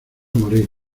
morir